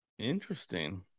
Interesting